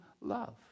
love